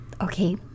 Okay